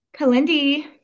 kalindi